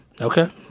Okay